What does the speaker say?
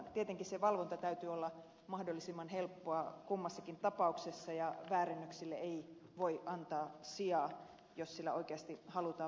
tietenkin sen valvonnan täytyy olla mahdollisimman helppoa kummassakin tapauksessa ja väärennöksille ei voi antaa sijaa jos sillä oikeasti halutaan vaikuttavuutta